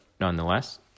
nonetheless